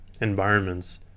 environments